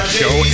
show